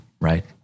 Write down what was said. right